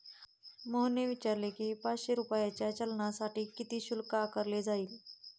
मोहनने विचारले की, पाचशे रुपयांच्या चलानसाठी किती शुल्क आकारले जाईल?